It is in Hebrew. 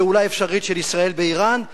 פעולה אפשרית של ישראל באירן,